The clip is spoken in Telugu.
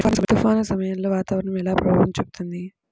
తుఫాను సమయాలలో వాతావరణం ఎలా ప్రభావం చూపుతుంది?